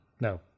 No